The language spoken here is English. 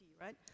right